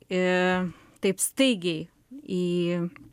i taip staigiai į